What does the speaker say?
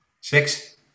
six